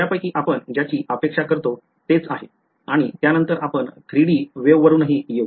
त्यापैकी आपण ज्याची अपेक्षा करतो तेच आहे आणि त्यानंतर आपण 3 D लाटांवरही येऊ